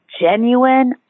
genuine